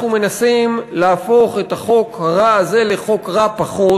אנחנו מנסים להפוך את החוק הזה לחוק רע פחות: